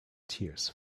tears